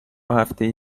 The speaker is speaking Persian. هفته